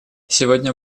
сегодня